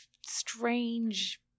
strange